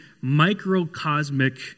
microcosmic